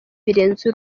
birenze